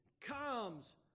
comes